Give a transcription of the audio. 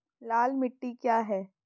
लाल मिट्टी क्या है?